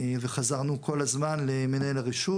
וחזרנו כל הזמן למנהל הרשות.